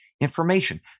information